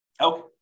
okay